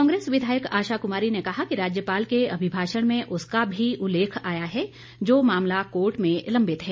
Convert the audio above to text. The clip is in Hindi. कांग्रेस विधायक आशा कुमारी ने कहा कि राज्यपाल के अभिभाषण में उसका भी उल्लेख आया है जो मामला कोर्ट में लंबित है